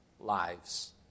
lives